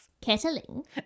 Kettling